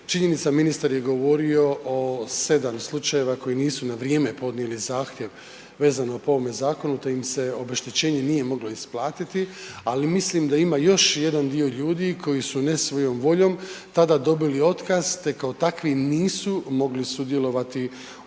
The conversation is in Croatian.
činjenica ministar je govorio o 7 slučajeva koji nisu na vrijeme podnijeli zahtjev vezano po ovome zakonu, te im se obeštećenje nije moglo isplatiti, ali mislim da ima još jedan dio ljudi koji su ne svojom voljom tada dobili otkaz, te kao takvi nisu mogli sudjelovati u pravnoj